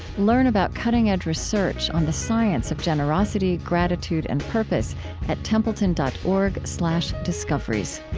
learn about cutting-edge research on the science of generosity, gratitude, and purpose at templeton dot org slash discoveries.